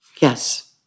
Yes